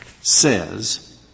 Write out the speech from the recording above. says